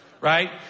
right